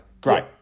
great